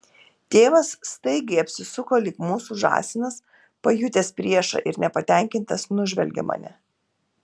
tėvas staigiai apsisuko lyg mūsų žąsinas pajutęs priešą ir nepatenkintas nužvelgė mane